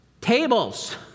Tables